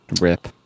Rip